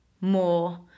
more